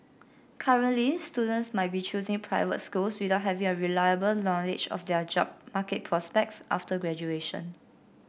currently students might be choosing private schools without having a reliable knowledge of their job market prospects after graduation